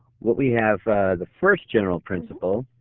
what we have the first general principle,